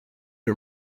her